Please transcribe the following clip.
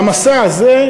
והמסע הזה,